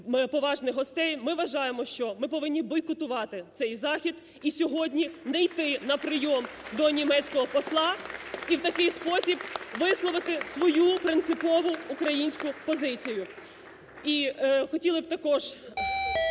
ми вважаємо, що ми повинні бойкотувати цей захід і сьогодні не йти на прийом до німецького посла... (Оплески) І в такий спосіб висловити свою принципову українську позицію. І хотіли б також